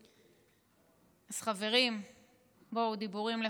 אז חברים, בואו, דיבורים לחוד,